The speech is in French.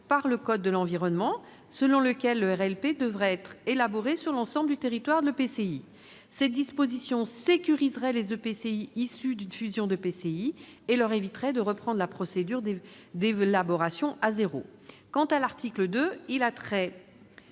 par le code de l'environnement, selon lequel le RLP doit être élaboré sur l'ensemble du territoire de l'EPCI. Cette disposition sécuriserait les EPCI issus d'une fusion d'EPCI et leur éviterait de reprendre la procédure d'élaboration à zéro. Quant à l'article 2, il a trait